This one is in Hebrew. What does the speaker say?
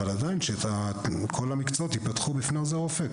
אבל שכל המקצועות ייפתחו בפני עוזר רופא,